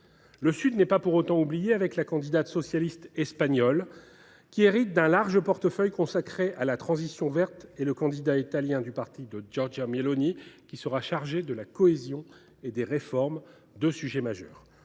Le Sud n’est pas pour autant oublié. La candidate socialiste espagnole hérite d’un large portefeuille consacré à la transition verte, tandis que le candidat italien du parti de Giorgia Meloni sera chargé de la cohésion et des réformes, deux sujets majeurs.